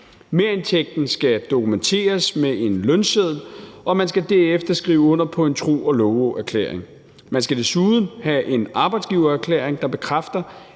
Merindtægten skal dokumenteres med en lønseddel, og man skal derefter skrive under på en tro og love-erklæring. Man skal desuden have en arbejdsgivererklæring, der bekræfter,